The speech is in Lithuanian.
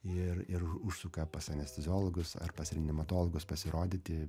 ir ir užsuka pas anesteziologus ar pas reanimatolgus pasirodyti